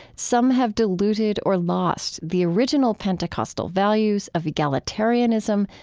some have diluted or lost the original pentecostal values of egalitarianism,